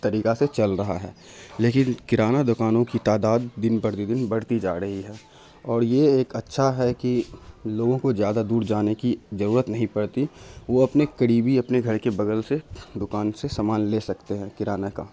طریقہ سے چل رہا ہے لیکن کرانہ دوکانوں کی تعداد دن پر دن بڑھتی جا رہی ہے اور یہ ایک اچھا ہے کہ لوگوں کو زیادہ دور جانے کی ضرورت نہیں پڑتی وہ اپنے قریبی اپنے گھر کے بغل سے دوکان سے سامان لے سکتے ہیں کرانہ کا